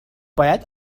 باید